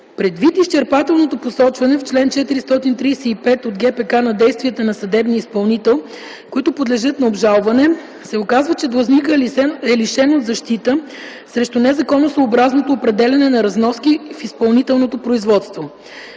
Предвид изчерпателното посочване в чл. 435 от ГПК на действията на съдебния изпълнител, които подлежат на обжалване, се оказва, че длъжникът е лишен от защита срещу незаконосъобразното определяне на разноски в изпълнителното производство.